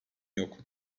yok